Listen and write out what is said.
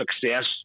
success